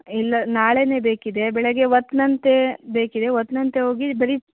ಇಲ್ಲ ನಾಳೆಯೆ ಬೇಕಿದೆ ಬೆಳಗ್ಗೆ ಹೊತ್ನಂತೆ ಬೇಕಿದೆ ಹೊತ್ನಂತೆ ಹೋಗಿ ಬರೀ